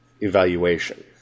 evaluation